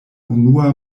unua